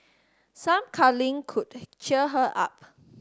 some cuddling could cheer her up